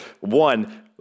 one